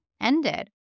ended